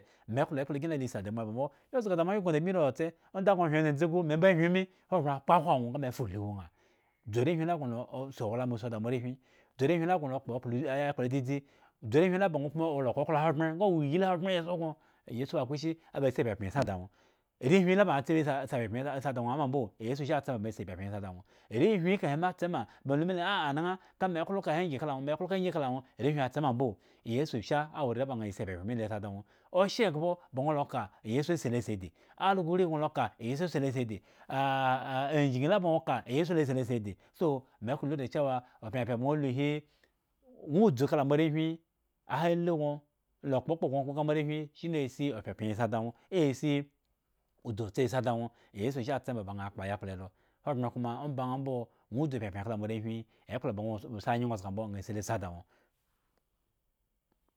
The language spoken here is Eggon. Me klo ekplakyin la lesi adamuw ba mbo, yi zga da moawyen gŋo nga da bmi rii tsotse, onda gŋo hyen dzendze gu me mbo hyen emi hogbren kpo ahwo aŋwo, nga me fulu wo ŋha, dzu arehwin la gŋo la si owlama si da moarehwin, dzu arehwin la gŋo la kpo ayak klo dzadzi, dzu arehwin la gŋo wola okoklo ahogbren nga wo la ihyi ahogbren eson gŋo iyesu ba kposhi? Aba si apyapyan si ada ŋwo, arehwin ta ba tse baŋ si apyapyan da ŋwo mbo, iyesu sha tse baŋ si apyapyan si ada ŋwo, arehwin akahe me atse ma baŋ lu mile aah anaŋha kame klo kahe angyi ka laŋwo me klo kahe angyi kala ŋwo, arehwin atsema mbo iyesu sha awo are ba ŋha ya si apyapyan milo sida ŋwo oshyegbo ba ŋwo la oka iyesu asi lo sedi algo urii ba ŋwo la oka iyesu asi lo sedi ah ajgyin la ba ŋwo la oka iyesu lasi lo sedi, so me klo lu da chewa opyapyan gŋo huhi ŋwo dzu kala moarehwin ahahi gŋo la kpokpo gŋo kpo kala moarehwin shini ahahi gŋo la kpokpo gŋo kpo kalamo arehwin shini asi opyapyan asi da ŋwo asi dzu otse asi ada ŋwo iyesu sha tse ma baŋ kpo yakpla hedo hogbren koma ombaŋha mboŋwo dzu pyapyan kala moarehwin ekpla ba ŋwo anyeŋhe ozga mbo aŋha si lo se ada ŋwo.